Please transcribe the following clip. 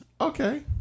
okay